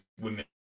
women